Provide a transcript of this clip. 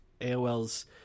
AOL's –